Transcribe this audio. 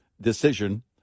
decision